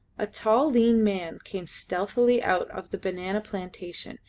a tall, lean man came stealthily out of the banana plantation,